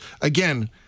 Again